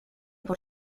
por